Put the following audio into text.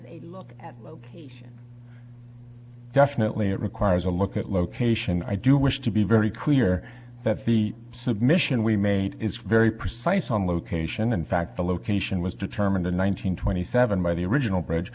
a look at location definitely it requires a look at location i do wish to be very clear that the submission we made is very precise on location in fact the location was determined in one nine hundred twenty seven by the original bridge